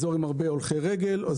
אזור עם הרבה הולכי רגל.